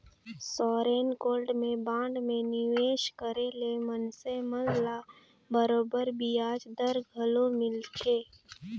sovereign gold में bond में निवेस करे ले मइनसे मन ल बरोबेर बियाज दर घलो मिलथे